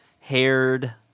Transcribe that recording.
haired